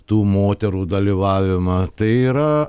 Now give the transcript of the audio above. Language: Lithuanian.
tų moterų dalyvavimą tai yra